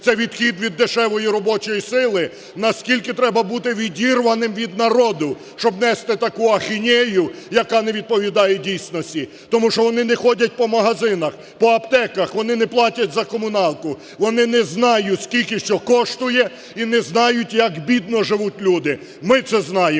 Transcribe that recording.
це відхід від дешевої робочої сили, наскільки треба бути відірваним від народу, щоб нести таку ахінею, яка не відповідає дійсності! Тому що вони не ходять по магазинах, по аптеках, вони не платять за комуналку, вони не знають, скільки що коштує, і не знають, як бідно живуть люди. Ми це знаємо